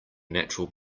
natural